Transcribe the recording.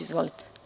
Izvolite.